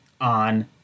on